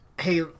Hey